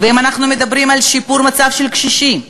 ואם אנחנו מדברים על שיפור מצב קשישים,